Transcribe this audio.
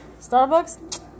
Starbucks